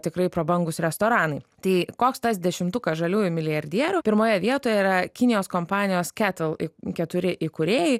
tikrai prabangūs restoranai tai koks tas dešimtukas žaliųjų milijardierių pirmoje vietoje yra kinijos kompanijos ketl keturi įkūrėjai